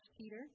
Peter